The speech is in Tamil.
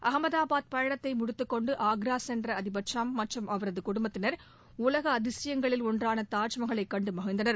அகமதாபாத் பயணத்தை முடித்துக் கொண்டு ஆக்ரா சென்ற அதிபர் ட்ரம்ப் மற்றும் அவரது குடும்பத்தினர் உலக அதிசயங்களில் ஒன்றான தாஜ்மகாலை கண்டு மகிழ்ந்தனர்